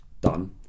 done